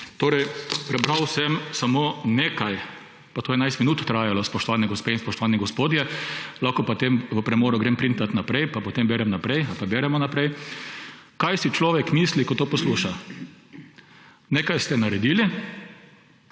Torej prebral sem samo nekaj, pa to je enajst minut trajalo, spoštovane gospe in spoštovani gospodje, lahko pa v premoru grem printat naprej pa potem berem naprej ali pa beremo naprej. Kaj si človek misli, ko to posluša? Nekaj ste naredili,